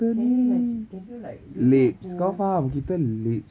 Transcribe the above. can you imagi~ can you like tengok who